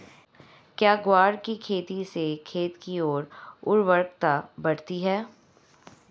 क्या ग्वार की खेती से खेत की ओर उर्वरकता बढ़ती है?